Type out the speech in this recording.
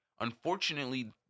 unfortunately